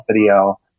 video